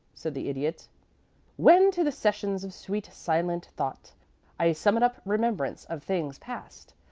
said the idiot when to the sessions of sweet silent thought i summon up remembrance of things past,